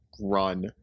run